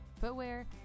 footwear